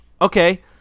Okay